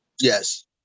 Yes